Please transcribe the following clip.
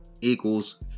equals